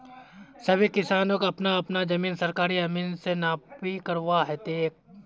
सभी किसानक अपना अपना जमीन सरकारी अमीन स नापी करवा ह तेक